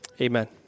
Amen